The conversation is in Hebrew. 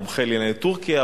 מומחה לענייני טורקיה,